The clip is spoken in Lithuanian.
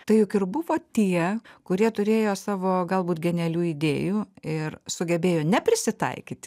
tai juk ir buvo tie kurie turėjo savo galbūt genialių idėjų ir sugebėjo neprisitaikyti